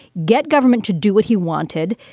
get government to do what he wanted,